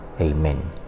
Amen